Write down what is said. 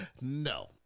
No